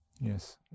Yes